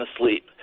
asleep